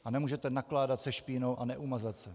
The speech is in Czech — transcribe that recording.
A nemůžete nakládat se špínou a neumazat se.